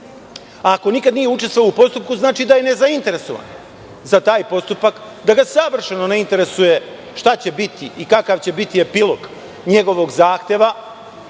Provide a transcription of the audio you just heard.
Ako nikad nije učestvovao u postupku, znači da je ne zainteresovan za taj postupak, da ga savršeno ne interesuje šta će biti i kakav će biti epilog njegovog zahteva